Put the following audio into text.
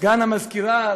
סגן המזכירה,